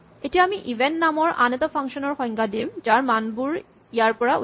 এতিয়া আমি ইভেন নামৰ আন এটা ফাংচন ৰ সংজ্ঞা দিম যাৰ মানবোৰ ইয়াৰ পৰা উলিয়াব